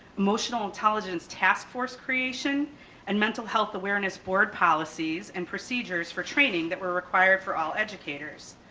emotional intelligence task force creation and mental health awareness board policies and procedures for training that were required for all educators.